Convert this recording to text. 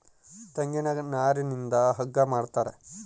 ತೆಂಗಿನ ನಾರಿಂದ ಹಗ್ಗ ಮಾಡ್ತಾರ